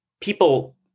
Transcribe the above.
people